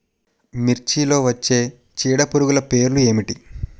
మిర్చిలో వచ్చే చీడపురుగులు పేర్లు ఏమిటి?